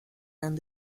and